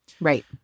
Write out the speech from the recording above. Right